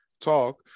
talk